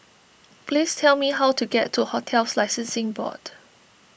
please tell me how to get to Hotels Licensing Board